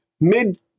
mid-